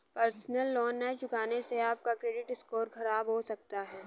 personal loan न चुकाने से आप का क्रेडिट स्कोर खराब हो सकता है